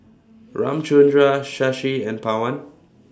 Ramchundra Shashi and Pawan